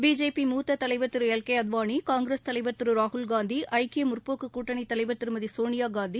BJP மூத்த தலைவர் திரு எல் கே அத்வானி காங்கிரஸ் தலைவர் திரு ராகுல்காந்தி ஐக்கிய முற்போக்குக் கூட்டணி தலைவா் திருமதி சோனியாகாந்தி